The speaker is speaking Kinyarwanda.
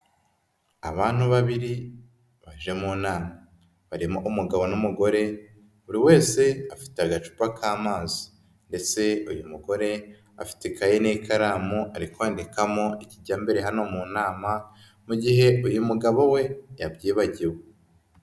Abantu babiri baje mu nama, barimo umugabo n'umugore buri wese afite agacupa k'amazi ndetse uyu mugore afite ikaye n'ikaramu ari kwandikamo ikijya mbere hano mu nama, mu gihe uyu mugabo we yabyibagiwe.